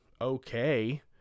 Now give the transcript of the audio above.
okay